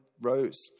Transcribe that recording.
rose